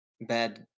bad